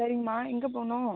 சரிம்மா எங்கே போகணும்